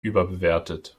überbewertet